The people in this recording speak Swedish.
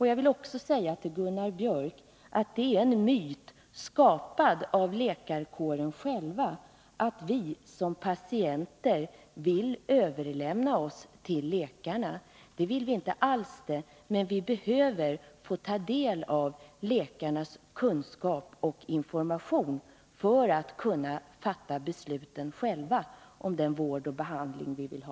Jag vill också säga till Gunnar Biörck att det är en myt, skapad av läkarkåren själv, att vi som patienter vill överlämna oss till läkarna. Det vill vi inte alls, men vi behöver ta del av läkarnas kunskap och information för att kunna fatta besluten själva om den vård och behandling som vi vill ha.